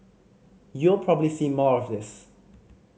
you'll probably see more of this